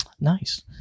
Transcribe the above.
nice